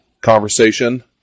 conversation